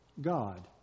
God